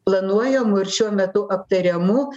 planuojamu ir šiuo metu aptariamu